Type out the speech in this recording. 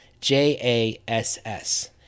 J-A-S-S